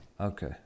Okay